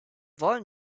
wollen